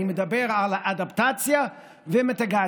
אני מדבר על אדפטציה ומיטיגציה.